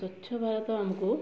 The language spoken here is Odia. ସ୍ୱଚ୍ଛ ଭାରତ ଆମକୁ